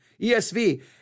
ESV